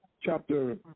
chapter